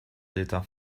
d’état